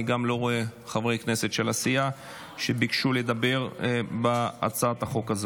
אני לא רואה חברי כנסת של הסיעה שביקשו לדבר בהצעת החוק הזאת.